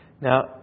Now